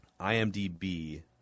IMDB